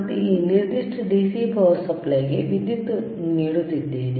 ಮತ್ತೆ ಈ ನಿರ್ದಿಷ್ಟ DC ಪವರ್ ಸಪ್ಲೈಗೆ ವಿದ್ಯುತ್ ನೀಡುತ್ತಿದ್ದೇನೆ